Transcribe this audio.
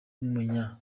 w’umunya